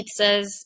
pizzas